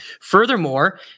Furthermore